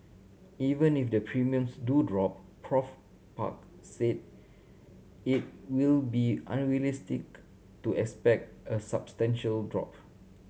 even if the premiums do drop Prof Park said it will be unrealistic to expect a substantial drop